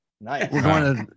Nice